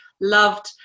loved